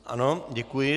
Ano, děkuji.